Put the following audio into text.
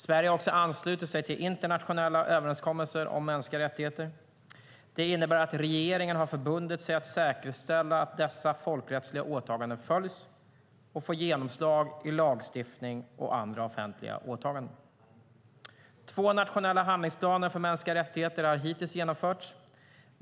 Sverige har också anslutit sig till internationella överenskommelser om mänskliga rättigheter. Det innebär att regeringen har förbundit sig att säkerställa att dessa folkrättsliga åtaganden följs och får genomslag i lagstiftning och andra offentliga åtaganden. Två nationella handlingsplaner för mänskliga rättigheter har hittills genomförts.